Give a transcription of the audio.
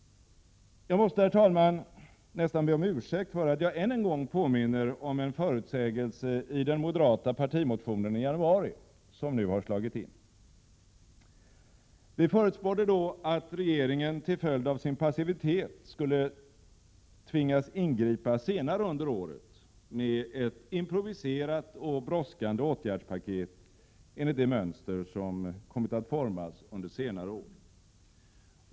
Jag måste, herr talman, nästan be om utsäkt för att jag än en gång påminner om en förutsägelse i den moderata partimotionen i januari som nu har slagit in. Vi förutspådde då att regeringen till följd av sin passivitet skulle tvingas ingripa senare under året med ett improviserat och brådskande åtgärdspaket enligt det mönster som kommit att formas under senare år.